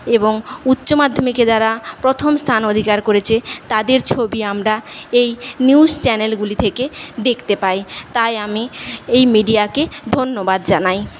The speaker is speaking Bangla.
এবং উচ্চমাধ্যমিকে যারা প্রথম স্থান অধিকার করেছে তাদের ছবি আমরা এই নিউজ চ্যানেলগুলি থেকে দেখতে পাই তাই আমি এই মিডিয়াকে ধন্যবাদ জানাই